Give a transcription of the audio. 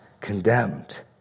condemned